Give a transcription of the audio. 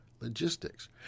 Logistics